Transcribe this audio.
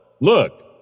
look